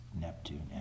Neptune